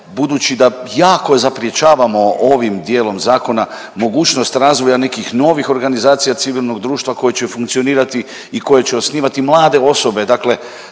Budući da jako zaprječavamo ovim dijelom zakona mogućnost razvoja nekih novih organizacija civilnog društva koji će funkcionirati i koje će osnivati mlade osobe,